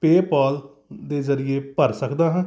PayPal ਦੇ ਜ਼ਰੀਏ ਭਰ ਸਕਦਾ ਹਾਂ